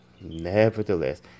nevertheless